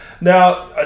Now